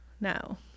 now